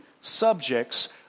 subjects